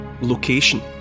location